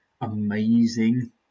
amazing